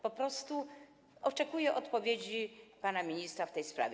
Po prostu oczekuję odpowiedzi pana ministra w tej sprawie.